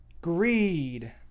Greed